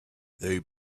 they